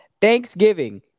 Thanksgiving